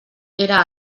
era